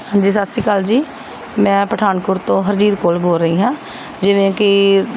ਹਾਂਜੀ ਸਾਸਰੀਕਾਲ ਜੀ ਮੈਂ ਪਠਾਨਕੋਟ ਤੋਂ ਹਰਜੀਤ ਕੌਰ ਬੋਲ ਰਹੀ ਹਾਂ ਜਿਵੇਂ ਕਿ